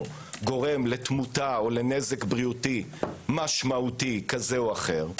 גורם לתמותה או לנזק בריאותי משמעותי כזה או אחר,